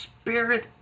Spirit